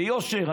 ביושר?